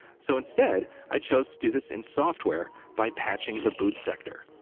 so instead, i chose to do this in software, by patching the boot sector.